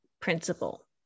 principle